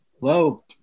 Hello